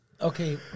Okay